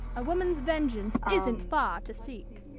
a woman's vengeance isn't far to seek.